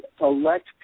elect